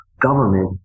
government